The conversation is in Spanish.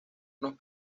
unos